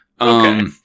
Okay